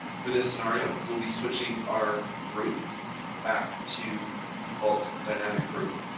for this scenario, we will be switching our group back to the default dynamic group